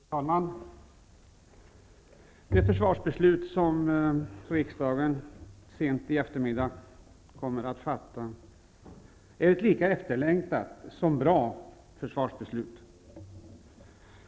Fru talman! Det försvarsbeslut som riksdagen sent i eftermiddag kommer att fatta är ett lika efterlängtat som bra försvarsbeslut.